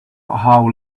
how